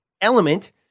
element